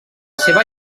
seva